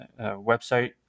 website